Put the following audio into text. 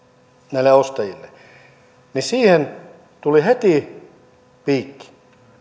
näille ostajille tuli heti piikki